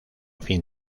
fin